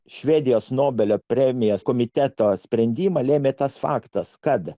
švedijos nobelio premijos komiteto sprendimą lėmė tas faktas kad